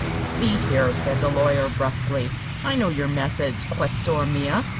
see here, said the lawyer, brusquely i know your methods, questore mia,